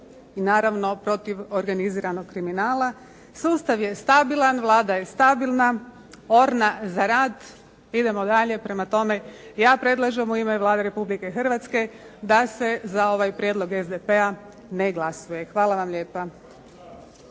i naravno protiv organiziranog kriminala. Sustav je stabilan, Vlada je stabilna, orna za rad, idemo dalje. Prema tome ja predlažem u ime Vlade Republike Hrvatske da se za ovaj prijedlog SDP-a ne glasuje. Hvala vam lijepa.